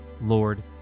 Lord